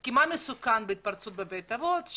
כי מה מסוכן בהתפרצות בבית אבות?